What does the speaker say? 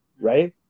right